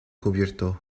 cubierto